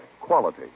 Quality